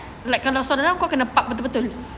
tak ketat kalau seluar dalam kau kena nampak betul